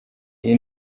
iyi